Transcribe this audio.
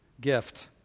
gift